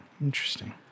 interesting